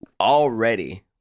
already